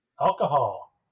alcohol